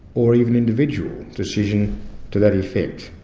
or even individual decision to that effect.